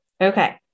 Okay